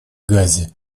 газе